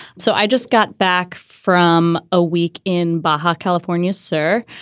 so i just got back from a week in bahat, ah california, sir.